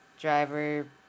driver